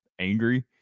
angry